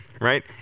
Right